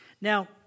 Now